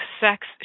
sex